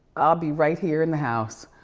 i'll be right here in the house.